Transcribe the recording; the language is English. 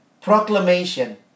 proclamation